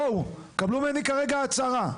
בואו, קבלו ממני כרגע הצהרה.